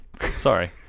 sorry